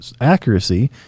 accuracy